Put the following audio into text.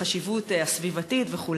בחשיבות הסביבתית וכו'.